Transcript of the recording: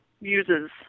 uses